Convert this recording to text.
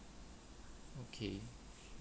okay